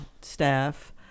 staff